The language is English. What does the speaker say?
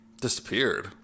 Disappeared